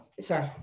Sorry